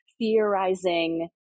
theorizing